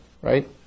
right